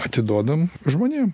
atiduodam žmonėm